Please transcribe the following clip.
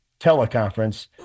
teleconference